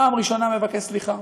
פעם ראשונה מבקש סליחה,